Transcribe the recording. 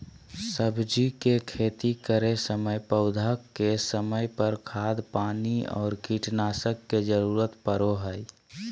सब्जी के खेती करै समय पौधा के समय पर, खाद पानी और कीटनाशक के जरूरत परो हइ